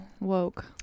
woke